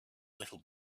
little